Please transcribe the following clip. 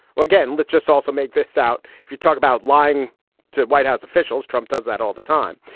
again, let's just also make this out. if you talk about lying to white house officials, trump does that all the time.